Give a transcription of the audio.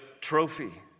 trophy